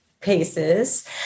paces